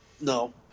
no